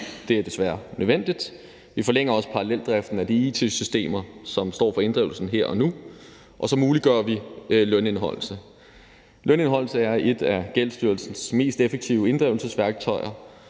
det er desværre nødvendigt. Vi forlænger også paralleldriften med de it-systemer, som står for inddrivelsen her nu, og så muliggør vi lønindeholdelse. Lønindeholdelse er et af Gældsstyrelsens mest effektive inddrivelsesværktøjer,